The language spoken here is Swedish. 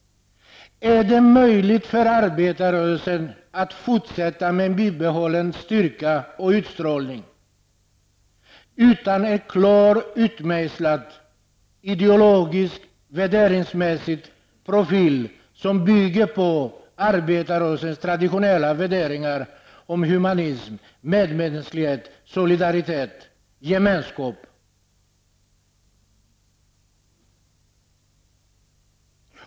Är det möjligt för arbetarrörelsen att fortsätta, med bibehållen styrka och utstrålning, utan en klart utmejslad ideologisk och värderingsmässig profil, som bygger på arbetarrörelsens traditionella värderingar av humanism, medmänsklighet, solidaritet och gemenskap?